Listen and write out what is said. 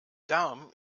darm